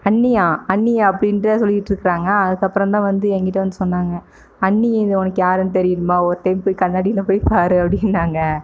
அண்ணியா அண்ணியா அப்படின்ட்டு தான் சொல்லிகிட்ருக்குறாங்க அதுக்கப்புறம் தான் வந்து என்கிட்ட வந்து சொன்னாங்க அண்ணியை உனக்கு யாருன்னு தெரியணுமா ஒரு டைம் போய் கண்ணாடியில் போய் பாரு அப்படின்னாங்க